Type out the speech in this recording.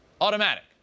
automatic